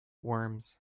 worms